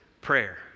prayer